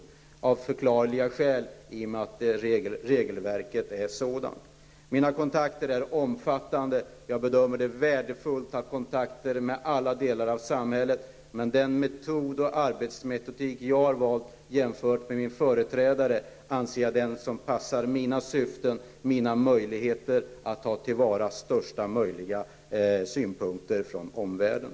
Detta sker av förklarliga skäl, i och med att regelverket är sådant. Mina kontakter är omfattande. Jag bedömer det som värdefullt att ha kontakter med alla delar av samhället. Den metod och den arbetsmetodik jag har valt -- som skiljer sig från min företrädares -- är den som passar mina syften och mina möjligheter att i högsta möjliga grad ta till vara synpunkter från omvärlden.